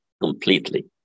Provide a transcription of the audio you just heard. completely